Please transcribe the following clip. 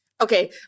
Okay